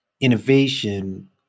innovation